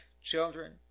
children